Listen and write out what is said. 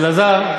אלעזר,